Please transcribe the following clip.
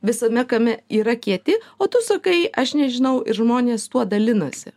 visame kame yra kieti o tu sakai aš nežinau ir žmonės tuo dalinasi